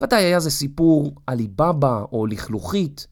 מתי היה זה סיפור עלי בבא או לכלוכית?